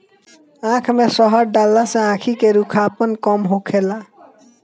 आँख में शहद डालला से आंखी के रूखापन कम होखेला